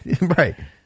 Right